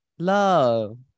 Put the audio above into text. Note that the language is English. Love